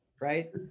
right